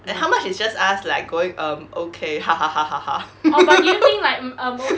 and how much is just us like going um okay